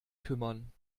kümmern